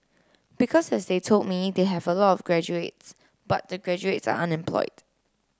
because as they told me they have a lot of graduates but the graduates are unemployed